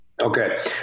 Okay